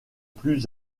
plus